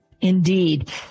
Indeed